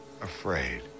Afraid